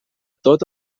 tot